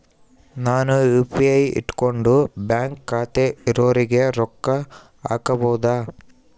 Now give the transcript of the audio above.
ನಾನು ಯು.ಪಿ.ಐ ಇಟ್ಕೊಂಡು ಬ್ಯಾಂಕ್ ಖಾತೆ ಇರೊರಿಗೆ ರೊಕ್ಕ ಹಾಕಬಹುದಾ?